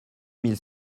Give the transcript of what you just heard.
mille